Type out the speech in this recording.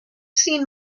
seen